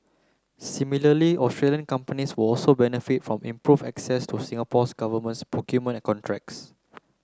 similarly Australian companies will also benefit from improved access to Singapore's governments procurement contracts